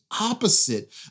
opposite